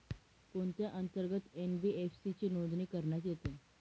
कोणत्या अंतर्गत एन.बी.एफ.सी ची नोंदणी करण्यात येते?